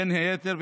בין היתר,